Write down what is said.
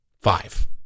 Five